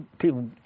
people